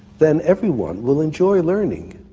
then everyone will enjoy learning.